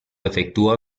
efectúa